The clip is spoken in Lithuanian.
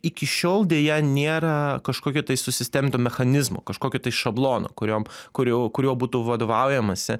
iki šiol deja nėra kažkokio tai susisteminto mechanizmo kažkokio tai šablono kuriuo kuriu kuriuo būtų vadovaujamasi